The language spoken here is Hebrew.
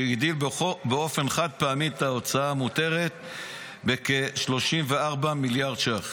שהגדיל באופן חד-פעמי את ההוצאה המותרת בכ-3.4 מיליארד ש"ח.